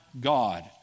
God